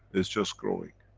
it's just growing.